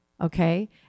Okay